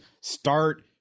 start